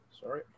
sorry